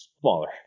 smaller